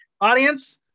Audience